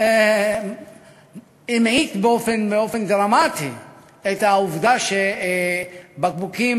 המעיט באופן דרמטי את העובדה שבקבוקי